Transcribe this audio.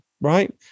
Right